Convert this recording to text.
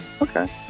okay